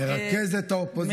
לרכזת האופוזיציה.